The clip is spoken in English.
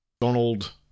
donald